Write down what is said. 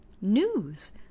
News